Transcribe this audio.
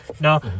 no